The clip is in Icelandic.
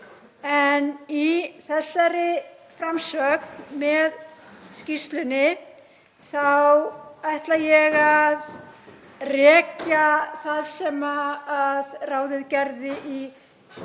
Í þessari framsögn með skýrslunni þá ætla ég að rekja það sem ráðið gerði í tímaröð,